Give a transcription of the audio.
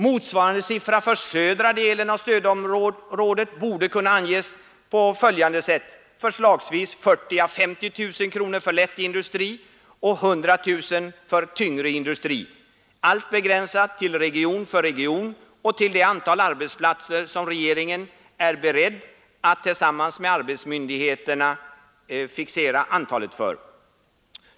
Motsvarande siffra för södra delen av stödområdet borde kunna anges till förslagsvis 40 000 å 50 000 kronor för lätt industri och 100 000 kronor för tyngre industri, allt begränsat region för region till det antal arbetsplatser som regeringen tillsammans med arbetsmarknadsmyndigheterna är beredd att fixera.